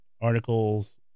articles